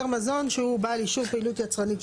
מזון שהוא בעל אישור פעילות יצרנית.